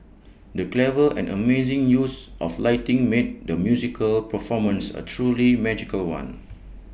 the clever and amazing use of lighting made the musical performance A truly magical one